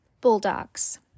Bulldogs